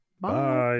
bye